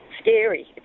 scary